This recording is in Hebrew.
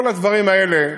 כל הדברים האלה,